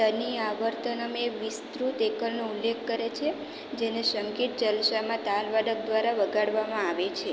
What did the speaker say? તનિ આવર્તનમ એ વિસ્તૃત એકલનો ઉલ્લેખ કરે છે જેને સંગીત જલસામાં તાલવાદક દ્વારા વગાડવામાં આવે છે